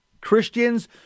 Christians